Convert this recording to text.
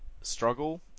struggle